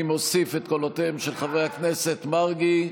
אני מוסיף את קולותיהם של חברי הכנסת מרגי,